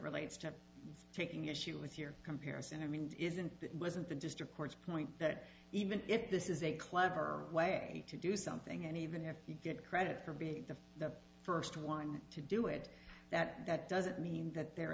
relates to taking issue with your comparison i mean isn't it wasn't the district court's point that even if this is a clever way to do something and even if you get credit for being the first one to do it that that doesn't mean that there